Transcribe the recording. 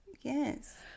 Yes